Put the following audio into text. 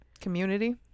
Community